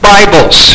Bibles